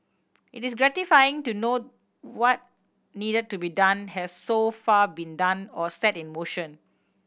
it is gratifying to know what need to be done has so far been done or set in motion